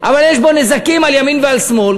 אבל יש בו נזקים על ימין ועל שמאל,